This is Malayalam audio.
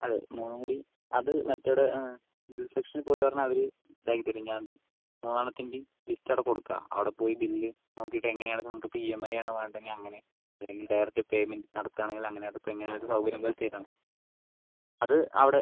അതെ മൂന്നും കൂടി അത് മറ്റേവടേ ആ ബിൽ സെക്ഷനിൽ പോയി പറഞ്ഞാൽ അവര് ഇത് ആക്കി തരും ഞാൻ അത് മൂന്ന് എണ്ണത്തിൻ്റെയും ലിസ്റ്റ് അവിടെ കൊടുക്കുക അവിടെ പോയി ബില്ല് നോക്കിയിട്ട് എങ്ങനെ ആണ് നിങ്ങൾക്ക് ഇപ്പോൾ ഇ എം ഐ ആണോ വേണ്ടതെങ്കിൽ അങ്ങനെ ഈ ഡയറക്റ്റ് പേയ്മെൻറ്റ് നടത്തുകയാണെങ്കിൽ അങ്ങനെ അത് പിന്നെ സൗകര്യം പോലെ ചെയ്താൽ മതി അത് അവിടെ